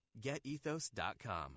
GetEthos.com